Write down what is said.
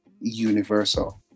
universal